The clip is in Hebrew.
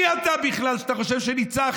את מי אתה בכלל שאתה חושב שניצחת?